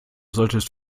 solltest